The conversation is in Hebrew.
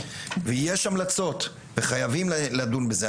ויש המלצות וחייבים לדון בזה.